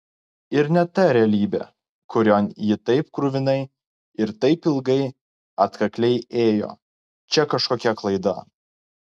ir ne ta realybė kurion ji taip kruvinai ir taip ilgai atkakliai ėjo čia kažkokia klaida